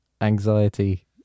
Anxiety